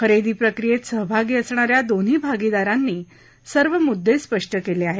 खरेदी प्रक्रियेत सहभागी असणा या दोन्ही भागीदारांनी सर्व मुद्दे स्पष्ट केले आहेत